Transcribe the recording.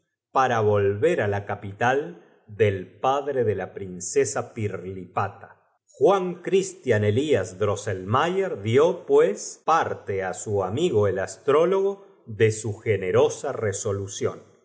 para volver á la capital del padre de la prince sa pil'lipala juan cristi án elías drosselmayet dió pues parte á su amigo el astrólogo de su genorosa resolución